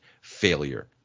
failure